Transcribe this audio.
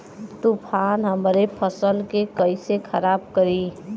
तूफान हमरे फसल के कइसे खराब करी?